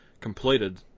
completed